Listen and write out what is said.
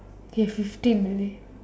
okay fifteen already